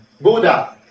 Buddha